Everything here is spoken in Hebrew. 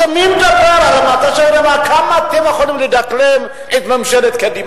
אז אני מדבר: כמה אתם יכולים לדקלם את "ממשלת קדימה"?